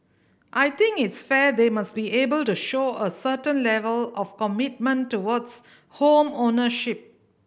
I think it's fair they must be able to show a certain level of commitment towards home ownership